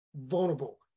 vulnerable